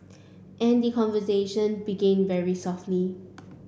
and the conversation begin very softly